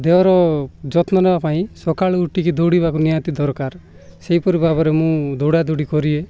ଦେହର ଯତ୍ନ ନବା ପାଇଁ ସକାଳୁ ଉଠିକି ଦୌଡ଼ିବାକୁ ନିହାତି ଦରକାର ସେହିପରି ଭାବରେ ମୁଁ ଦୌଡ଼ା ଦୌଡ଼ି କରି